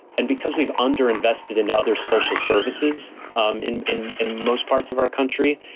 and because we've under invested in other social services um in in in most parts of our country,